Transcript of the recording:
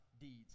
deeds